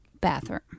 bathroom